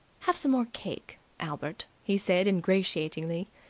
have some more cake, albert, he said ingratiatingly.